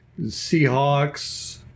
Seahawks